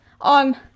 on